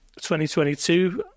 2022